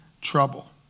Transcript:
trouble